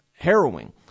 Harrowing